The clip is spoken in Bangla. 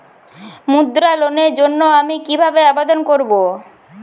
মুদ্রা লোনের জন্য আমি কিভাবে আবেদন করবো?